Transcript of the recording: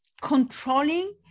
controlling